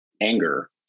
anger